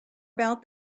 about